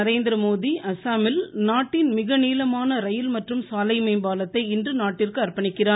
நரேந்திரமோடி அஸ்ஸாமில் நாட்டின் மிக நீளமான ரயில் மற்றும் சாலை மேம்பாலத்தை இன்று நாட்டிற்கு அர்ப்பணிக்கிறார்